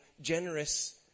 generous